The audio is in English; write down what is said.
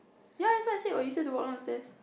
ya that's what I said what you said to walk down the stairs